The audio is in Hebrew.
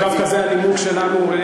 אוקיי, נכון מאוד, לא, זה דווקא הנימוק שלנו.